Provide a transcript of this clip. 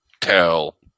tell